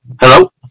Hello